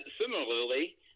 similarly